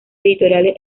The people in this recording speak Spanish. editoriales